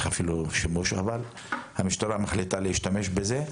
אבל אם המשטרה בכל זאת מחליטה להשתמש בזה,